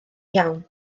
iawn